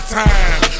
time